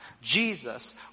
Jesus